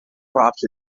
props